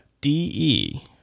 de